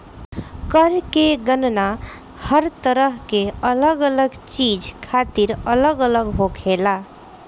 कर के गणना हर तरह के अलग अलग चीज खातिर अलग अलग होखेला